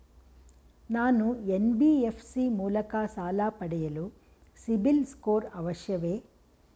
ನಾನು ಎನ್.ಬಿ.ಎಫ್.ಸಿ ಮೂಲಕ ಸಾಲ ಪಡೆಯಲು ಸಿಬಿಲ್ ಸ್ಕೋರ್ ಅವಶ್ಯವೇ?